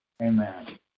Amen